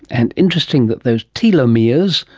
and interesting that those telomeres,